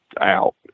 out